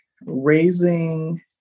raising